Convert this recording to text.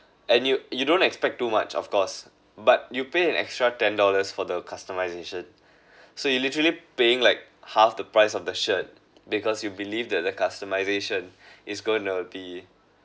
and you you don't expect too much of course but you pay an extra ten dollars for the customisation so you literally paying like half the price of the shirt because you believe that the customisation is going to be